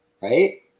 right